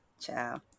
Ciao